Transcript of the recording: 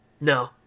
No